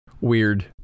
weird